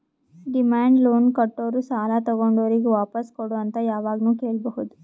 demand loan ಕೊಟ್ಟೋರು ಸಾಲ ತಗೊಂಡೋರಿಗ್ ವಾಪಾಸ್ ಕೊಡು ಅಂತ್ ಯಾವಾಗ್ನು ಕೇಳ್ಬಹುದ್